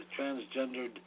transgendered